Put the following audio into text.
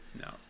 No